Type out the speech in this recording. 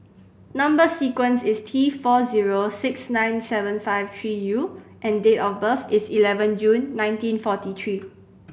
number sequence is T four zero six nine seven five three U and date of birth is eleven June nineteen forty three